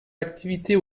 activités